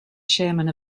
chairman